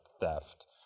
theft